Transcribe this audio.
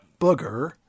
Booger